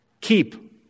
Keep